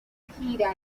gira